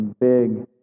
big